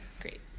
great